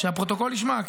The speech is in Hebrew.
שהפרוטוקול ישמע.